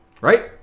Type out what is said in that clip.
Right